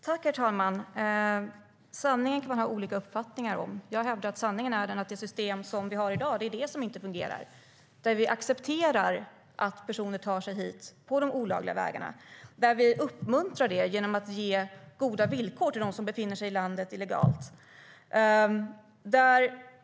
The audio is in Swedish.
Herr talman! Sanningen kan man ha olika uppfattningar om. Jag hävdar att sanningen är den att det system som vi har i dag är det som inte fungerar. Vi accepterar att personer tar sig hit på olagliga vägar och uppmuntrar det genom att ge goda villkor till dem som befinner sig i landet illegalt.